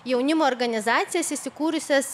jaunimo organizacijas įsikūrusias